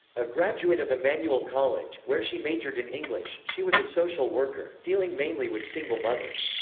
a graduate of emmanuel college, where she majored in english, she was a social worker, dealing mainly with single mothers.